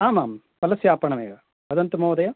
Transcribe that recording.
आम् आम् फलस्य आपणमेव वदन्तु महोदय